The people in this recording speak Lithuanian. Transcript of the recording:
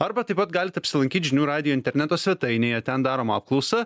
arba taip pat galit apsilankyt žinių radijo interneto svetainėje ten daroma apklausa